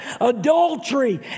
adultery